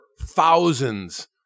thousands